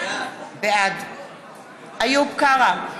בעד איוב קרא,